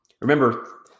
Remember